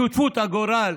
שותפות הגורל,